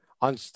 on